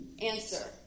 Answer